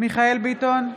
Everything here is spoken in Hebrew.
מיכאל מרדכי ביטון,